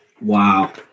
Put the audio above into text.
wow